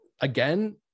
again